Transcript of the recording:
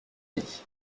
midi